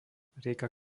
rieka